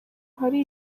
hari